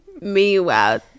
Meanwhile